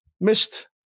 Missed